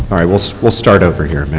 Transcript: will so will start over here.